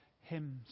hymns